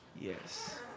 Yes